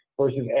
versus